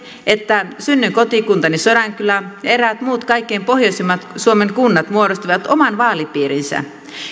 että synnyinkotikuntani sodankylä ja eräät muut kaikkein pohjoisimmat suomen kunnat muodostivat oman vaalipiirinsä